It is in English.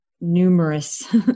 numerous